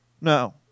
No